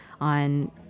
on